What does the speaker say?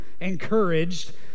encouraged